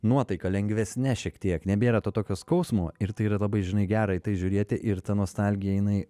nuotaika lengvesne šiek tiek nebėra to tokio skausmo ir tai yra labai žinai gera į tai žiūrėti ir ta nostalgija jinai